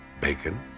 bacon